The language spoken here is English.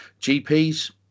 GPs